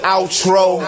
Outro